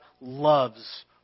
loves